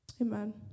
Amen